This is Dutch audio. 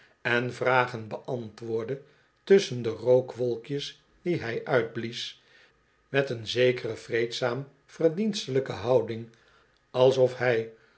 en vragen beantwoordde tusschen de rook wolkjes die hij uitblies met een zekere vreedzaam verdienstelijke houding alsof hij